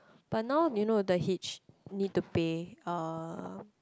but now you know the Hitch need to pay uh